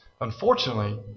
Unfortunately